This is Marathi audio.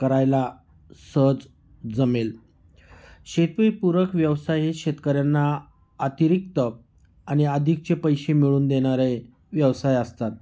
करायला सहज जमेल शेतीपूरक व्यवसाय हे शेतकऱ्यांना अतिरिक्त आणि अधिकचे पैसे मिळून देणारे व्यवसाय असतात